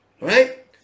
right